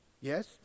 Yes